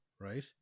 right